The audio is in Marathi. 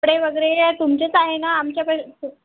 कपडे वगैरे तुमचेच आहे ना आमच्या पै